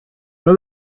nor